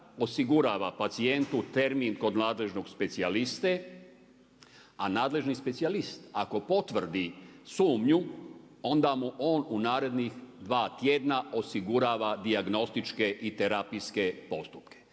osigurava pacijentu termin kod nadležnog specijaliste a nadležni specijalist ako potvrdi sumnju onda mu on u narednih dva tjedna osigurava dijagnostičke i terapijske postupke.